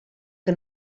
que